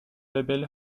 label